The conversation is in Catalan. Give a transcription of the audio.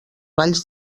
valls